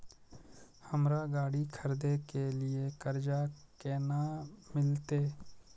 हमरा गाड़ी खरदे के लिए कर्जा केना मिलते?